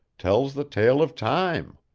tells the tale of time.